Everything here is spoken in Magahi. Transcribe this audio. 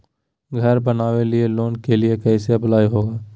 घर बनावे लिय लोन के लिए कैसे अप्लाई होगा?